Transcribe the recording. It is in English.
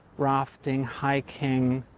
rafting, hiking,